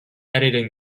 editing